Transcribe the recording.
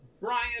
Brian